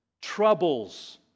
troubles